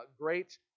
great